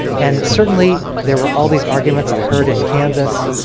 and certainly there were all these arguments i heard in kansas.